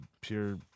pure